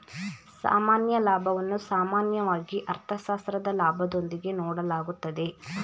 ಸಾಮಾನ್ಯ ಲಾಭವನ್ನು ಸಾಮಾನ್ಯವಾಗಿ ಅರ್ಥಶಾಸ್ತ್ರದ ಲಾಭದೊಂದಿಗೆ ನೋಡಲಾಗುತ್ತದೆ